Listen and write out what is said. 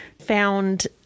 found